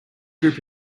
group